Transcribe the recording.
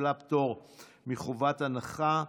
קיבלה פטור מחובת הנחה.